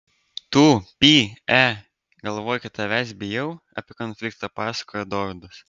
tu py e galvoji kad tavęs bijau apie konfliktą pasakojo dovydas